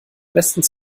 bestens